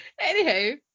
Anyhow